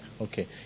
okay